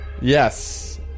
Yes